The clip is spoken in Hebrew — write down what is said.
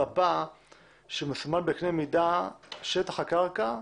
מפה שמסומן בקנה מידה שטח הקרקע,